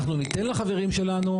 אנחנו ניתן לחברים שלנו,